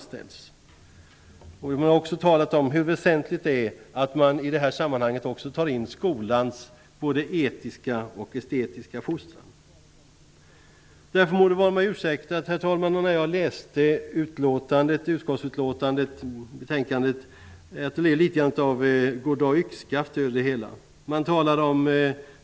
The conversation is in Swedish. Det har dessutom talats om hur väsentligt det är att i det här sammanhanget också ta med skolans både etiska och estetiska fostran. Det må vara mig ursäktat, herr talman, att jag efter att ha läst utskottets betänkande tycker att det är litet av goddag yxskaft över det hela.